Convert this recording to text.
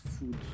food